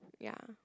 ya